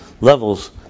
levels